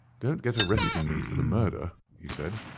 don't get arresting me for the murder, he said.